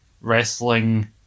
wrestling